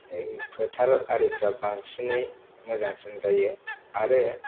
फोथार आरिफ्रा बांसिनै मोजांसिन जायो आरो